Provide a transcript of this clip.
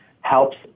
helps